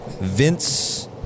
Vince